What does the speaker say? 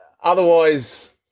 Otherwise